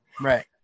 Right